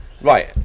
Right